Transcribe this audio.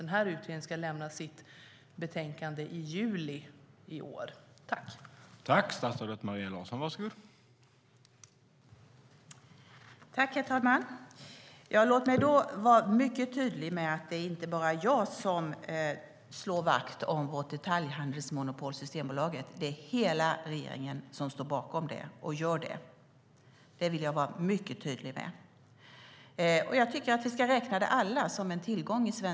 Men det är möjligt att statsrådet återkommer till det i nästa anförande.